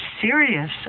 serious